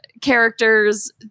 characters